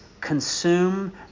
consume